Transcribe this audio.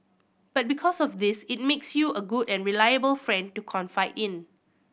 but because of this it makes you a good and reliable friend to confide in